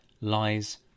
lies